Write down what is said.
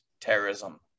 terrorism